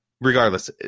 regardless